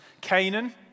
Canaan